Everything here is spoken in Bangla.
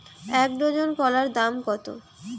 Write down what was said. এক ডজন কলার দাম কত?